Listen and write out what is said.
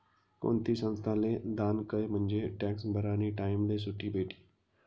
कोणती संस्थाले दान कयं म्हंजे टॅक्स भरानी टाईमले सुट भेटी